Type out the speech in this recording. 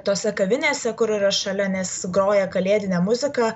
tose kavinėse kur yra šalia nes groja kalėdinė muzika